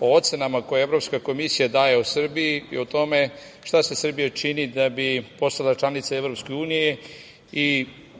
o ocenama koje Evropska komisija daje o Srbiji, i o tome šta sve Srbija čini da bi postala članica EU, i